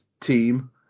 team